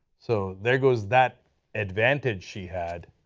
so there goes that advantage she had.